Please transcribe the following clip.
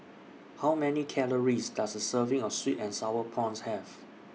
How Many Calories Does A Serving of Sweet and Sour Prawns Have